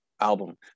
album